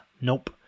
Nope